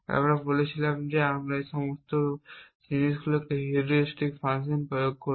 আমরা বলেছিলাম যে আমরা এই সমস্ত জিনিসগুলিতে হিউরিস্টিক ফাংশন প্রয়োগ করব